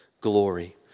glory